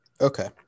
Okay